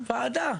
מהוועדה.